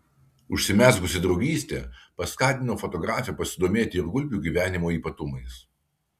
užsimezgusi draugystė paskatino fotografę pasidomėti ir gulbių gyvenimo ypatumais